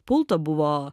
pulto buvo